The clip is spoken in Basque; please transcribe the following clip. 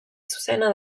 zuzena